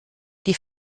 die